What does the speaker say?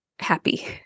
happy